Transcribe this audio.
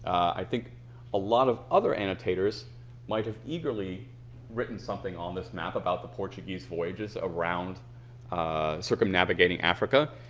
i think a lot of other annotators might have eagerly written something on this map about the portuguese voyages around circumnavigating africa.